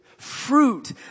Fruit